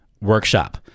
workshop